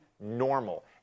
normal